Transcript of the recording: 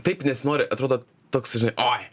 taip nesinori atrodo toks oi